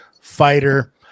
fighter